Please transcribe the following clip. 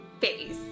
face